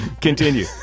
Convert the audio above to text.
Continue